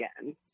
again